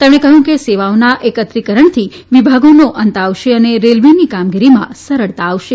તેમણે કહ્યું કે સેવાઓના એકત્રીકરણથી વિભાગોનો અંત આવશે અને રેલવેની કામગીરીમાં સરળતા આવશે